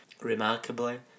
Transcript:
Remarkably